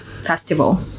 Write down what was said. festival